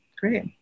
Great